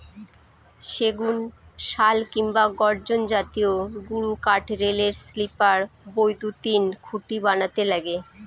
সেগুন, শাল কিংবা গর্জন জাতীয় গুরুকাঠ রেলের স্লিপার, বৈদ্যুতিন খুঁটি বানাতে লাগে